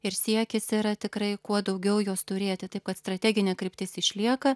ir siekis yra tikrai kuo daugiau jos turėti taip kad strateginė kryptis išlieka